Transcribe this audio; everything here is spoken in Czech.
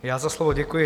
Já za slovo děkuji.